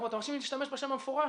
אתם מרשים לי להשתמש בשם המפורש?